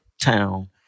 town